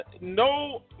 no